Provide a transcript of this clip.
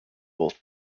both